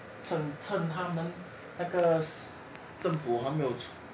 趁趁他们那个政府还没有出